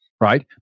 right